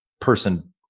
person